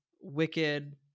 Wicked